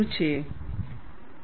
આભાર